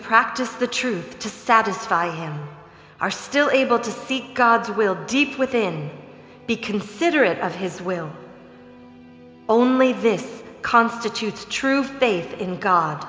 practice the truth to satisfy him are still able to seek god's will deep within be considerate of his will only this constitutes true faith in god